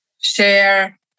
share